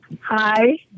Hi